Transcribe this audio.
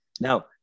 Now